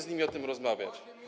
z nimi o tym rozmawiać?